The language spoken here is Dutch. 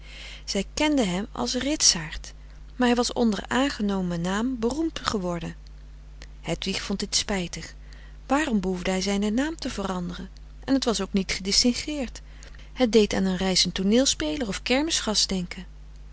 zij kende hem als ritsaart maar hij was onder aangenomen naam beroemd geworden hedwig vond dit spijtig waarom behoefde hij zijnen naam te veranderen en het was ook niet gedistingueerd het deed aan een reizend tooneelspeler of kermisgast denken